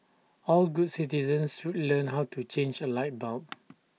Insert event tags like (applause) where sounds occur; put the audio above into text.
all good citizens should learn how to change A light bulb (noise)